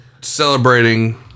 celebrating